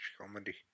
comedy